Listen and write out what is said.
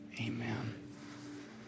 amen